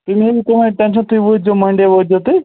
تُہۍ مہٕ ہیٚیِو کٕہۭنۍ ٹٮ۪نشَن تُہۍ وٲتۍزیو مَنڈے وٲتۍزیو تُہۍ